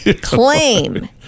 claim